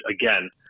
again